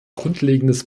grundlegendes